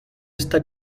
esta